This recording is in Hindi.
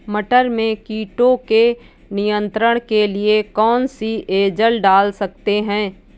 मटर में कीटों के नियंत्रण के लिए कौन सी एजल डाल सकते हैं?